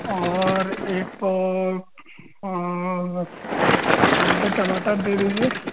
और एक पाव क्या बोलते हैं टमाटर दे दीजिए